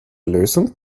lösung